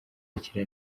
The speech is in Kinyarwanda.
akire